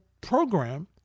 program